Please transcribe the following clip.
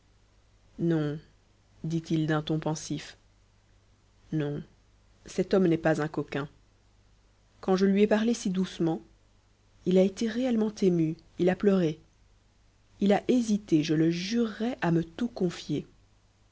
non dit-il d'un ton pensif non cet homme n'est pas un coquin quand je lui ai parlé si doucement il a été réellement ému il a pleuré il a hésité je le jurerais à me tout confier